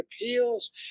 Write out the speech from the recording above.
Appeals